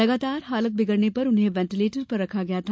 लगातार हालत बिगड़ने पर उन्हें वेंटिलेटर पर रखा गया था